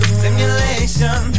simulation